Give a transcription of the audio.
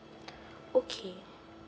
okay